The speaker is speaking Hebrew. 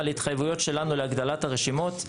על התחייבויות שלנו להגדלת הרשימות.